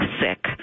sick